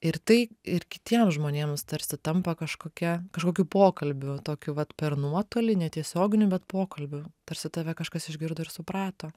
ir tai ir kitiems žmonėms tarsi tampa kažkokia kažkokiu pokalbiu tokiu vat per nuotolį netiesioginiu bet pokalbiu tarsi tave kažkas išgirdo ir suprato